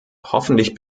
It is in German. hoffentlich